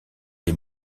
les